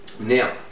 Now